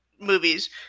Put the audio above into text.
movies